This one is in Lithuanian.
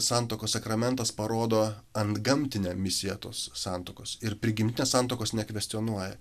santuokos sakramentas parodo antgamtinę misiją tos santuokos ir prigimtinės santuokos nekvestionuoja